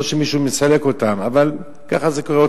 לא שמישהו מסלק אותם, אבל ככה זה קורה.